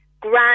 grand